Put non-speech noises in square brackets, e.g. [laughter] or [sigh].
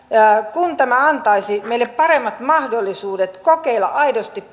kun tämä antaisi meille paremmat mahdollisuudet kokeilla aidosti [unintelligible]